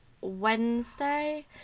Wednesday